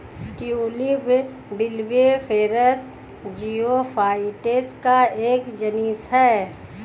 tulip bulbiferous geophytes का एक genus है